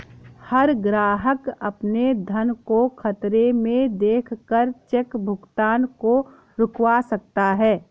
हर ग्राहक अपने धन को खतरे में देख कर चेक भुगतान को रुकवा सकता है